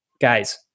Guys